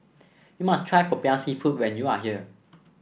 you must try Popiah seafood when you are here